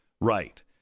Right